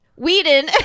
Whedon